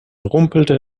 rumpelte